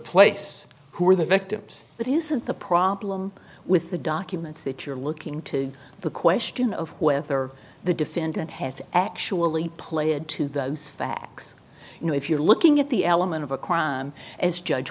place who are the victims but isn't the problem with the documents that you're looking into the question of whether the defendant has actually played to those facts you know if you're looking at the element of a crime as judge